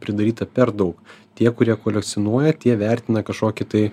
pridaryta per daug tie kurie kolekcionuoja tie vertina kažkokį tai